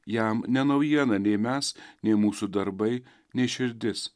jam ne naujiena nei mes nei mūsų darbai nei širdis